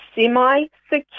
semi-secure